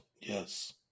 yes